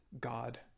God